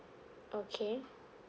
okay